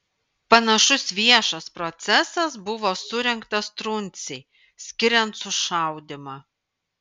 panašus viešas procesas buvo surengtas truncei skiriant sušaudymą